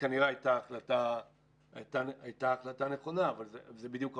הייתה החלטה נכונה אבל זה בדיוק הפוך.